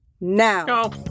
Now